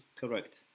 correct